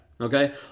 Okay